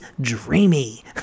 dreamy